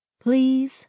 Please